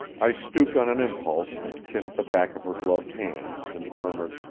i stooped on an impulse and kissed the back of her gloved hand, and murmured,